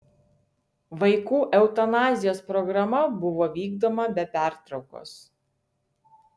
vaikų eutanazijos programa buvo vykdoma be pertraukos